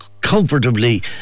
comfortably